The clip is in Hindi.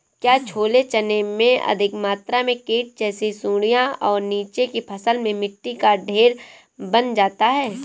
क्या छोले चने में अधिक मात्रा में कीट जैसी सुड़ियां और नीचे की फसल में मिट्टी का ढेर बन जाता है?